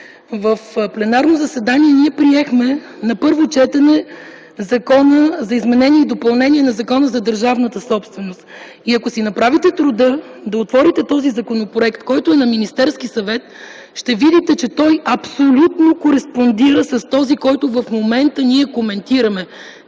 в пленарното заседание ние приехме на първо четене Закона за изменение и допълнение на Закона за държавната собственост. Ако си направите труда да отворите този законопроект, който е на Министерския съвет, ще видите, че той абсолютно кореспондира с този, който в момента ние коментираме.